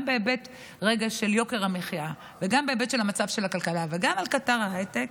גם בהיבט של יוקר המחיה וגם בהיבט של המצב של הכלכלה וגם על קטר ההייטק,